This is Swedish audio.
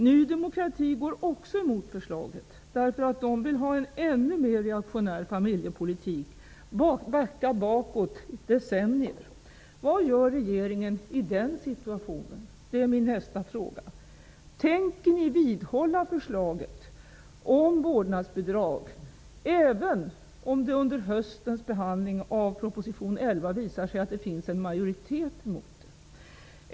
Ny demokrati går också emot förslaget, eftersom de vill ha en ännu mer reaktionär familjepolitik och backa decennier tillbaka. Min nästa fråga är: Vad gör regeringen i denna situation? Tänker ni vidhålla förslaget om vårdnadsbidrag även om det under höstens behandling av proposition 11 visar sig att det finns en majorietet mot det?